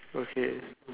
okay